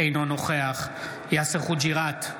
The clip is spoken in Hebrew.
אינו נוכח יאסר חוג'יראת,